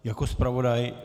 Jako zpravodaj.